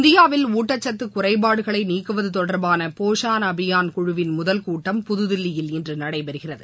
இந்தியாவில் ஊட்டச்சத்து குறைபாடுகளை நீக்குவது தொடர்பான போஷான் அபியான் குழுவின் முதல் கூட்டம் புதுதில்லியில் இன்று நடைபெறுகிறது